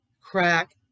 crack